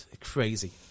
Crazy